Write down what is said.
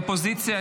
אופוזיציה,